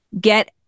get